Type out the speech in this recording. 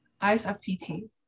I-S-F-P-T